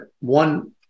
one